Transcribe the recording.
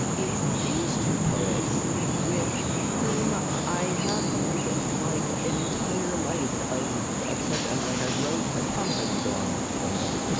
it's these two poets with whom i have like, an entire life of obsession. i mean like i wrote, i promised i won't go on too long about this but,